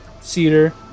cedar